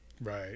Right